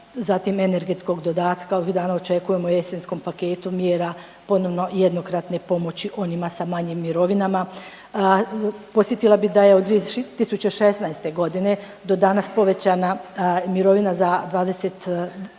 zatim energetskog dodatka ovih dana očekujemo u jesenskom paketu mjera ponovno jednokratne pomoći onima sa manjim mirovinama. Podsjetila bi da je od 2016.g. do danas povećana mirovina za 29,1%,